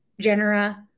genera